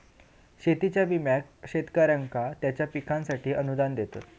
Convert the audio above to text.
शेतीच्या विम्याक शेतकऱ्यांका त्यांच्या पिकांसाठी अनुदान देतत